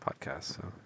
podcast